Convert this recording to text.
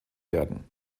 werden